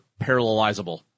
parallelizable